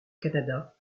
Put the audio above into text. canada